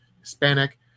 Hispanic